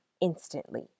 instantly